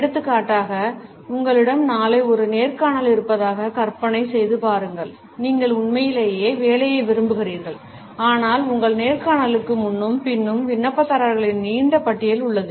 எடுத்துக்காட்டாக உங்களிடம் நாளை ஒரு நேர்காணல் இருப்பதாக கற்பனை செய்து பாருங்கள் நீங்கள் உண்மையிலேயே வேலையை விரும்புகிறீர்கள் ஆனால் உங்கள் நேர்காணலுக்கு முன்னும் பின்னும் விண்ணப்பதாரர்களின் நீண்ட பட்டியல் உள்ளது